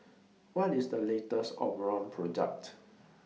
What IS The latest Omron Product